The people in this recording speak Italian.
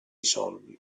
soldi